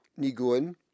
nigun